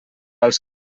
als